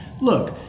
Look